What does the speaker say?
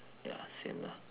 ya same lah